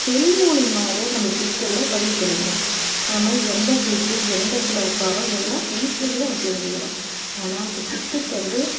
செல் மூலியமாகவே நம்ம டிக்கெட் எல்லாம் பதிவு பண்ணிக்கலாம் நம்ம எந்த சீட்டு எந்த இடத்துல உட்கார்றோம் எல்லாம் வீட்டில் இருந்தே நம்ம தெரிஞ்சுக்கலாம் ஆனால் இப்போ டிக்கெட் வந்து